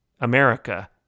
America